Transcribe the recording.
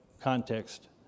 context